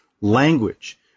language